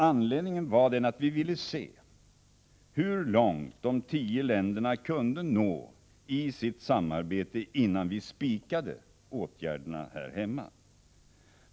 Anledningen var den, att vi ville se hur långt de tio länderna kunde nå i sitt samarbete innan vi spikade åtgärder här hemma.